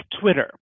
twitter